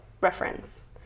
reference